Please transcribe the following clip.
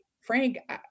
frank